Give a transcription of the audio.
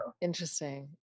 Interesting